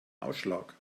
ausschlag